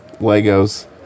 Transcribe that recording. legos